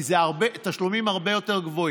כי אלה תשלומים הרבה יותר גבוהים,